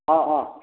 অঁ অঁ